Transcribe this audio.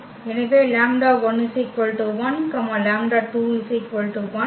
எனவே λ1 1 λ2 1